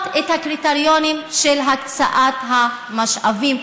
את הקריטריונים של הקצאת המשאבים,